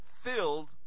filled